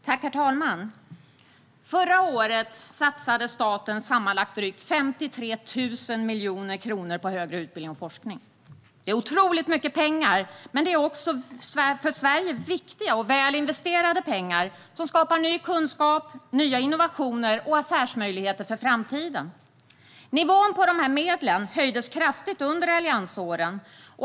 Herr talman! Förra året satsade staten sammanlagt drygt 53 000 miljoner kronor på högre utbildning och forskning. Det är otroligt mycket pengar, men det är också för Sverige viktiga och väl investerade pengar som skapar ny kunskap, nya innovationer och affärsmöjligheter för framtiden. Nivån på dessa medel höjdes kraftigt under alliansåren.